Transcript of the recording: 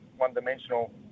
one-dimensional